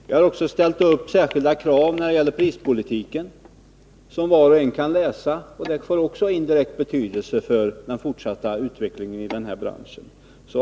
Vi har också ställt upp särskilda krav när det gäller prispolitik, som var och en kan läsa, och de får också indirekt betydelse för den fortsatta utvecklingen inom branschen.